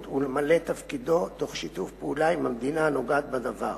ולמלא תפקידו תוך שיתוף פעולה עם המדינה הנוגעת בדבר.